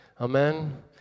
Amen